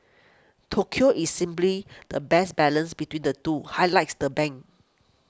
Tokyo is the best balance between the two highlights the bank